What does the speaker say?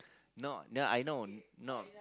no that I know no